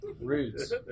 Roots